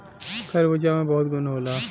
खरबूजा में बहुत गुन होला